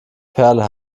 perle